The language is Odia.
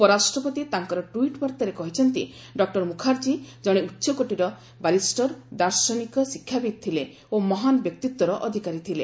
ଉପରାଷ୍ଟ୍ରପତି ତାଙ୍କର ଟ୍ୱିଟ୍ ବାର୍ତ୍ତାରେ କହିଛନ୍ତି ଡକ୍କର ମୁଖାର୍ଜୀ ଜଣେ ଉଚ୍ଚକୋଟୀର ବାରିଷର ଦାର୍ଶନିକ ଶିକ୍ଷାବିତ୍ ଥିଲେ ଓ ମହାନ୍ ବ୍ୟକ୍ତିତ୍ୱର ଅଧିକାରୀ ଥିଲେ